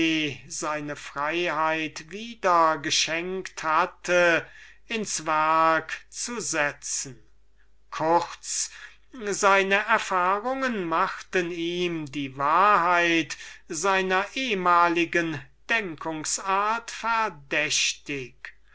seine freiheit wieder geschenkt hatte ins werk zu setzen kurz seine erfahrungen machten ihm die wahrheit seiner ehemaligen denkungs-art verdächtig